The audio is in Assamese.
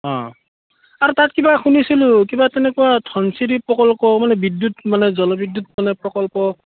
অঁ আৰু তাত কিবা শুনিছিলোঁ কিবা তেনেকুৱা ধনচিৰি প্ৰকল্প মানে বিদ্যুৎ মানে জলবিদ্যুত মানে প্ৰকল্প